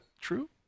true